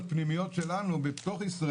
אם אתה שואל אותי, בניתוח קל שלי, למה זה